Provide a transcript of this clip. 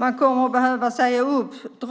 Man kommer att behöva säga upp ca